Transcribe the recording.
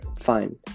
fine